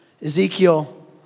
Ezekiel